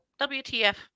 wtf